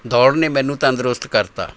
ਦੌੜ ਨੇ ਮੈਨੂੰ ਤੰਦਰੁਸਤ ਕਰ ਦਿੱਤਾ